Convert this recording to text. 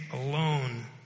alone